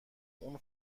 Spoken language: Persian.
اون